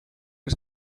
was